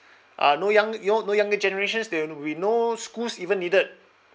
uh no young your no younger generations there'll be no schools even needed